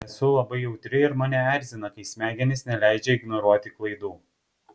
esu labai jautri ir mane erzina kai smegenys neleidžia ignoruoti klaidų